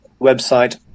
website